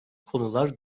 konular